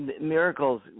miracles